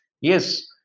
Yes